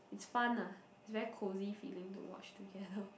it's fun ah it's very cosy feeling to watch together